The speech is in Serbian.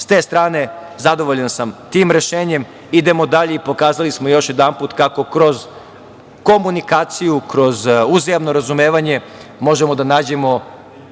te strane zadovoljan sam tim rešenjem, idemo dalje. Pokazali smo još jedanput kako kroz komunikaciju, kroz uzajamno razumevanje možemo da nađemo